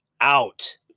out